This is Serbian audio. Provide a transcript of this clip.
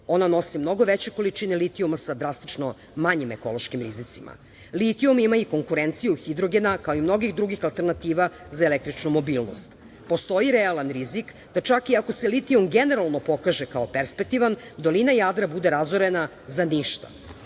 ona nosi mnogo veće količine litijuma sa drastično manje ekološkim rizicima. Litijum ima i konkurenciju hidrogena, kao i mnogih drugih alternativa za električnu mobilnost. Postoji realan rizik da čak i ako se litijum generalno pokaže kao perspektivan dolina Jadra bude razorena za ništa,